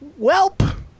Welp